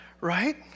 right